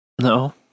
No